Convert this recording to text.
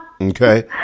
Okay